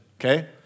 okay